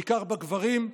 בעיקר אצל הגברים,